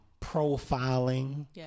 profiling